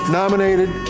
nominated